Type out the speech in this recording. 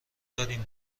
دارین